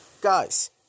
guys